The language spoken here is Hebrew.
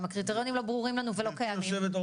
אם הקריטריונים לא ברורים לנו ולא קיימים,